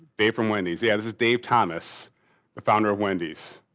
dave from wendy's, yeah. this is dave thomas the founder of wendy's.